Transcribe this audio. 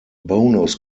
bonus